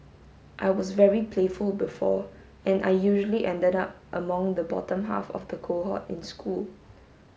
I was very playful before and I usually ended up among the bottom half of the cohort in school